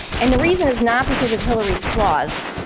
and the reason is not because of hillary's flaws.